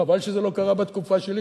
חבל שזה לא קרה בתקופה שלי,